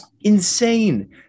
insane